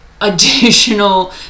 additional